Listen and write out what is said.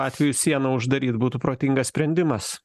atveju sieną uždaryt būtų protingas sprendimas